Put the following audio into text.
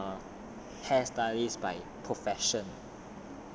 like eh hair stylist by profession